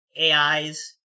AIs